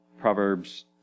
Proverbs